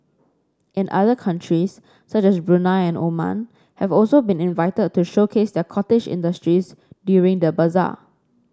and other countries such as Brunei and Oman have also been invited to showcase their cottage industries during the bazaar